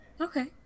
Okay